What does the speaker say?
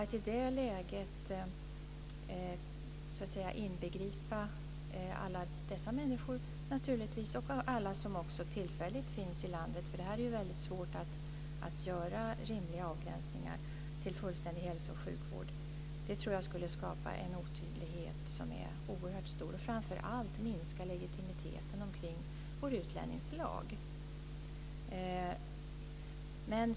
Att i det läget inbegripa alla dessa människor och alla som tillfälligt finns i landet - det är ju väldigt svårt att göra rimliga avgränsningar - i rätten till fullständig hälso sjukvård tror jag skulle skapa en otydlighet som är oerhört stor och, framför allt, minska legitimiteten omkring vår utlänningslag.